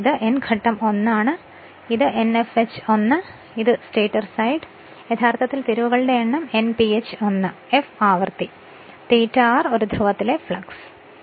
ഇത് N ഘട്ടം1 ആണ് അത് Nfh 1 ആണ് അതാണ് സ്റ്റേറ്റർ സൈഡ് യഥാർത്ഥത്തിൽ തിരിവുകളുടെ എണ്ണം Nph 1 ആണ് f ആണ് ആവൃത്തി ∅r എന്നത് ഒരു ധ്രുവത്തിലെ ഫ്ലക്സ് ആണ്